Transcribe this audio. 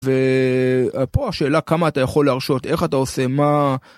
ופה השאלה כמה אתה יכול להרשות, איך אתה עושה מה,